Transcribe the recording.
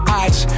eyes